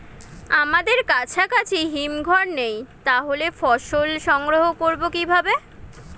আমাদের কাছাকাছি হিমঘর নেই তাহলে ফসল সংগ্রহ করবো কিভাবে?